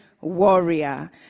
Warrior